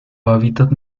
hábitat